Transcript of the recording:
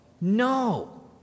No